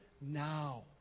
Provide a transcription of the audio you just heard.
now